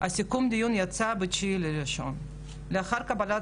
גיס אחר שלו,